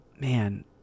Man